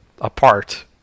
apart